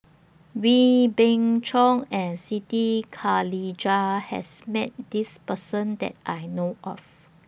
Wee Beng Chong and Siti Khalijah has Met This Person that I know of